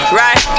right